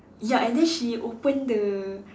ya and then she open the